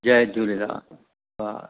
जय झूलेलाल हा